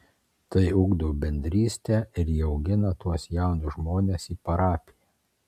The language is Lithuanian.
tai ugdo bendrystę ir įaugina tuos jaunus žmones į parapiją